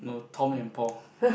Tom and Paul